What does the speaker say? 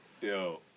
Yo